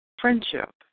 friendship